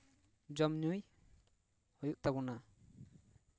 ᱡᱚᱢ ᱧᱩᱭ ᱦᱩᱭᱩᱜ ᱛᱟᱵᱚᱱᱟ